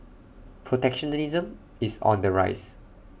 protectionism is on the rise